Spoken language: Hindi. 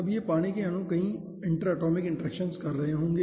अब यह पानी के अणु कई इंटर एटॉमिक इंटरेक्शन्स कर रहे होंगे